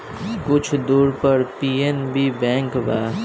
कुछ दूर पर पी.एन.बी बैंक बा